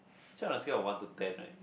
actually on the scale of one to ten right